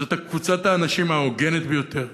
זו קבוצת האנשים ההוגנת ביותר,